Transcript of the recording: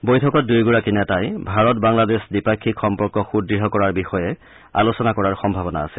বৈঠকত দুয়োগৰাকী নেতাই ভাৰত বাংলাদেশ দ্বিপাক্ষিক সম্পৰ্ক সুদ্ঢ় কৰাৰ বিষয়ে আলোচনা কৰাৰ সম্ভাৱনা আছে